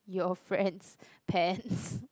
your friends' pants